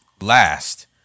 last